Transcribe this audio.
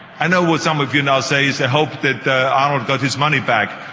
i know what some of you now say is i hope that arnold got his money back.